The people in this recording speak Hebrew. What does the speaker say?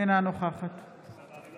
אינה נוכחת סגנית